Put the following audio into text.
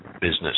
business